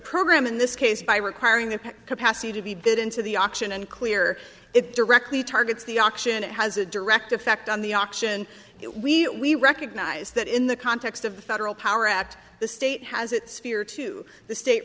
program in this case by requiring the capacity to be bid into the auction and clear it directly targets the auction it has a direct effect on the auction we recognize that in the context of the federal power act the state has its sphere to the state